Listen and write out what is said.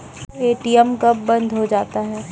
ATM कब बंद हो जाता हैं?